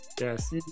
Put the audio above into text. Yes